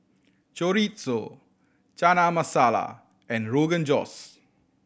Chorizo Chana Masala and Rogan Josh